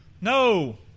No